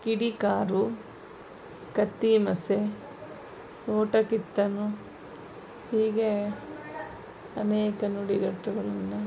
ಕಿಡಿಕಾರು ಕತ್ತಿ ಮಸಿ ಓಟ ಕಿತ್ತನು ಹೀಗೆ ಅನೇಕ ನುಡಿಗಟ್ಟುಗಳನ್ನು